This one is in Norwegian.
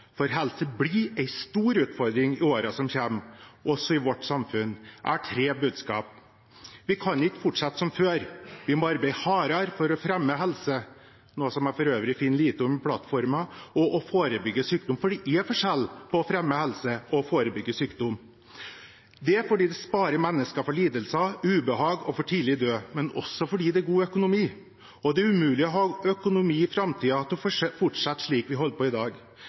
på. Helse blir en stor utfordring i årene som kommer, også i vårt samfunn. Jeg har tre budskap: Vi kan ikke fortsette som før. Vi må arbeide hardere for å fremme helse, noe jeg for øvrig finner lite om i plattformen, og forebygge sykdom. For det er forskjell på å fremme helse og å forebygge sykdom. Det er fordi det sparer mennesker for lidelser, ubehag og for tidlig død, men også fordi det er god økonomi. Vi kan umulig ha økonomi i framtiden til å fortsette slik vi gjør i dag.